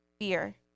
fear